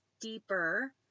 deeper